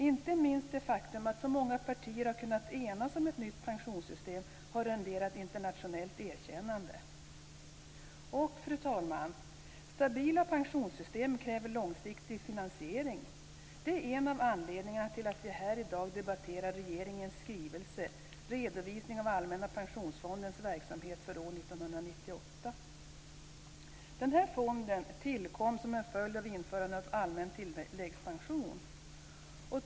Inte minst det faktum att så många partier har kunnat enas om ett nytt pensionssystem har renderat internationellt erkännande. Fru talman! Stabila pensionssystem kräver långsiktig finansiering. Det är en av anledningarna till att vi här i dag debatterar regeringens skrivelse Redovisning av Allmänna pensionsfondens verksamhet för år Fonden tillkom som en följd av införandet av en allmän tilläggspension.